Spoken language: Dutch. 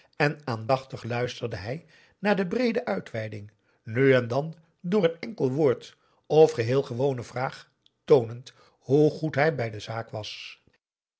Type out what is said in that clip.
en aandachtig luisterde hij naar de breede uitweiding nu en dan door een enkel woord of heel gewone vraag toonend hoe goed hij bij de zaak was